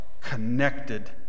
connected